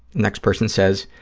next person says,